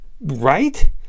Right